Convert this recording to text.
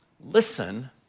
Listen